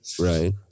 Right